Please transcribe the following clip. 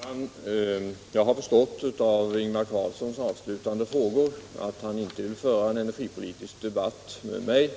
Herr talman! Jag har förstått av Ingvar Carlssons avslutande frågor att han inte vill föra en energipolitisk debatt med mig.